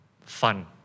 fun